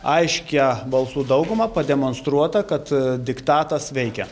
aiškia balsų dauguma pademonstruota kad diktatas veikia